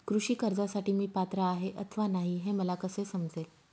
कृषी कर्जासाठी मी पात्र आहे अथवा नाही, हे मला कसे समजेल?